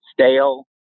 stale